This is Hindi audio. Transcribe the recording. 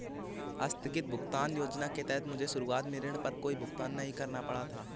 आस्थगित भुगतान योजना के तहत मुझे शुरुआत में ऋण पर कोई भुगतान नहीं करना पड़ा था